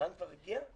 ערן כבר הגיע?